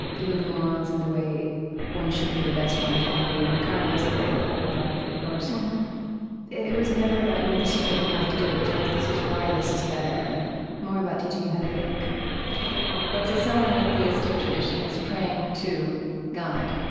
you know, the morals and the way one should be the best one can be. and karma is a very important part of it, of course mm-hmm it was never about, you know, this is what you have to do. it was always this is why this is better and more about teaching you how to think think let's say someone in a theistic tradition is praying to god